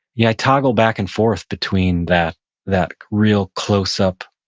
yeah, i toggle back and forth between that that real closeup,